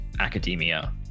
academia